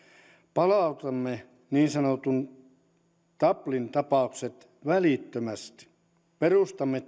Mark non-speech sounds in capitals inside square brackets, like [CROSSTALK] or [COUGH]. palautamme niin sanotut dublin tapaukset välittömästi perustamme [UNINTELLIGIBLE]